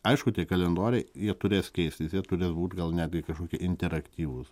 aišku tie kalendoriai jie turės keistis jie turės būt gal netgi kažkokie interaktyvūs